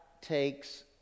takes